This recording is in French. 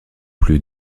plus